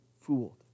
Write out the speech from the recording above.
fooled